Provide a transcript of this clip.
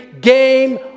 game